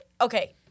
Okay